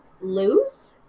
lose